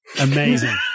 Amazing